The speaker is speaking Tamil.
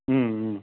ம் ம்